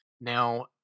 Now